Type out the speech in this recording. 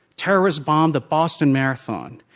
terrorists bombed the boston marathon,